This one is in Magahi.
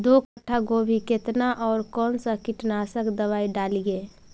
दो कट्ठा गोभी केतना और कौन सा कीटनाशक दवाई डालिए?